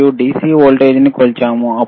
మనం DC voltage ని కొలిచాము